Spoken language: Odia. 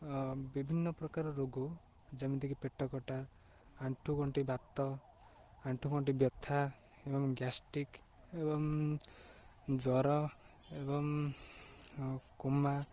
ବିଭିନ୍ନ ପ୍ରକାର ରୋଗ ଯେମିତିକି ପେଟ କଟା ଆଣ୍ଠୁ ଗଣ୍ଠି ବାତ ଆଣ୍ଠୁ ଗଣ୍ଠି ବେଥା ଏବଂ ଗ୍ୟାଷ୍ଟ୍ରିକ୍ ଏବଂ ଜ୍ୱର ଏବଂ କୁମା